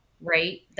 right